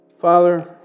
Father